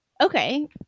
okay